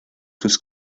sus